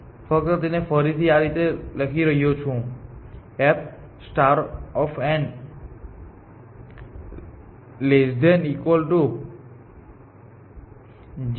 હું ફક્ત તેને ફરીથી આ રીતે લખી રહ્યો છું f g1h1